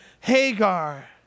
Hagar